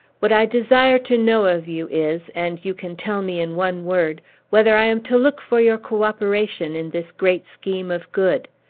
what i desire to know of you is and you can tell me in one word whether i am to look for your cooperation in this great scheme of good?